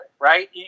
right